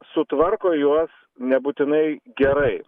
sutvarko juos nebūtinai gerai